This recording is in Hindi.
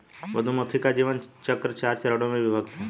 मधुमक्खी का जीवन चक्र चार चरणों में विभक्त है